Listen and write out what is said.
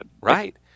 Right